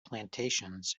plantations